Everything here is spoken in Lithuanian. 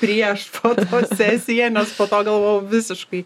prieš fotosesiją nes po to galvojau visiškai